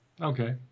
Okay